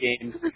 games